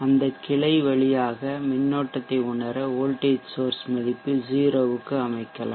அந்த கிளை வழியாக மின்னோட்டத்தை உணர வோல்ட்டேஜ் சோர்ஷ் மதிப்பு 0 க்கு அமைக்கலாம்